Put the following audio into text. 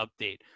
update